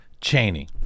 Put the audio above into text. Cheney